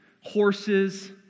horses